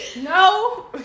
No